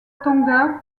tonga